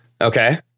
Okay